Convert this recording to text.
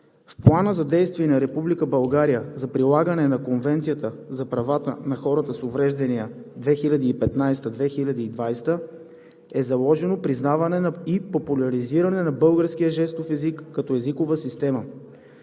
В плана за действие на Република България за прилагане на Конвенцията за правата на хората с увреждания 2015 – 2020 е заложено признаване и популяризиране на българския жестов език като езикова система.